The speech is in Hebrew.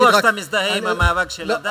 אני בטוח שאתה מזדהה עם המאבק של "הדסה",